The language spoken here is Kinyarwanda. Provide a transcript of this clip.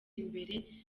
imbere